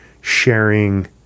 sharing